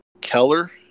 Keller